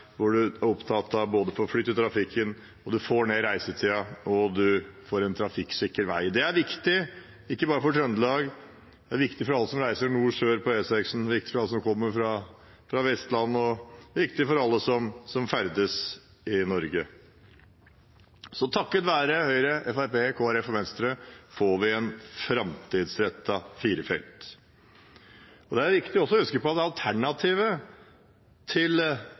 hvor man er opptatt av både å få flyt i trafikken, få ned reisetiden og få en trafikksikker vei. Det er viktig, ikke bare for Trøndelag, men for alle som reiser fra nord til sør på E6. Det er viktig for alle som kommer fra Vestlandet, og alle som ferdes i Norge. Så takket være Høyre, Fremskrittspartiet, Kristelig Folkeparti og Venstre får vi en framtidsrettet firefelts vei. Det er også viktig å huske på at alternativet til